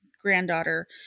granddaughter